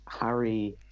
harry